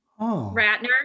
Ratner